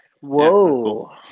Whoa